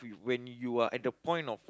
when you are at the point of